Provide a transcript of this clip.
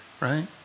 right